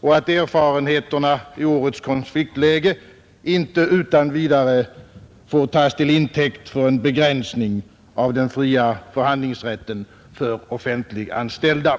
och att erfarenheterna i årets konfliktläge inte utan vidare får tas till intäkt för en begränsning av den fria förhandlingsrätten för offentligt anställda.